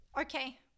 Okay